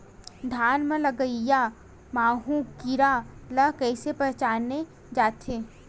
धान म लगईया माहु कीरा ल कइसे पहचाने जाथे?